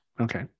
okay